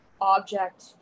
object